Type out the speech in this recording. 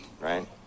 right